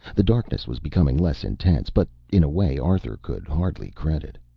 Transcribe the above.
the darkness was becoming less intense, but in a way arthur could hardly credit.